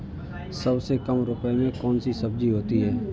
सबसे कम रुपये में कौन सी सब्जी होती है?